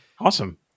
Awesome